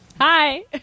Hi